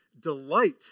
delight